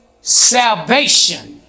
Salvation